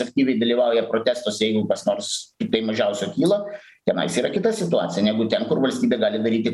aktyviai dalyvauja protestuose jeigu kas nors tai mažiausio kyla tenais yra kita situacija negu ten kur valstybė gali daryti